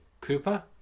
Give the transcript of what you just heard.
Cooper